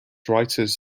writers